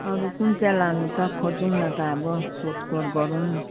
अरू कुन चाहिँ लानु त खोजौँ न त अब सोधखोज गरौँ